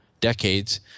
decades